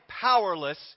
powerless